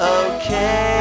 okay